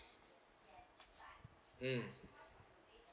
mm